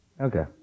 Okay